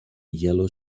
yellow